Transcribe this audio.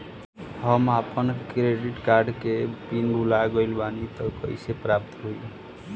हम आपन credit card के पिन भुला गइल बानी त कइसे प्राप्त होई?